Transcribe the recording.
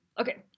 Okay